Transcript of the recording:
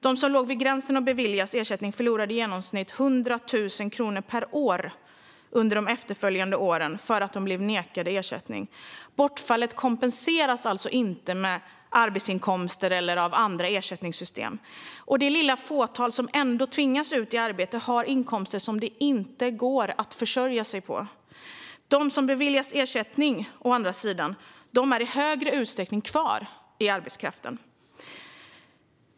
De som låg vid gränsen för att beviljas ersättning förlorade i genomsnitt 100 000 kronor per år under de efterföljande åren för att de blev nekade ersättning. Bortfallet kompenseras alltså inte av arbetsinkomster eller av andra ersättningssystem. Det lilla fåtal som ändå tvingas ut i arbete har inkomster som det inte går att försörja sig på. De som å andra sidan beviljas ersättning är i större utsträckning kvar i arbetskraften.